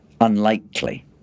unlikely